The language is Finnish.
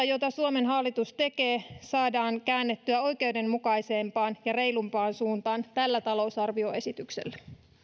jota suomen hallitus tekee saadaan käännettyä oikeudenmukaisempaan ja reilumpaan suuntaan tällä talousarvioesityksellä